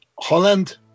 Holland